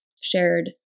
shared